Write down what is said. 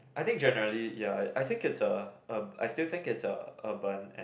I think generally ya I think it's a a I still think it's a urban and